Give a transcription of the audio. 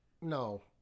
no